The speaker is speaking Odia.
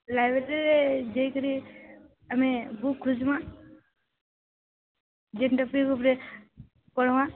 ଲାଇବ୍ରେରୀରେ ଯାଇକରି ଆମେ ବୁକ୍ ଖୋଜିବା ପଢ଼ିବା